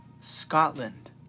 Scotland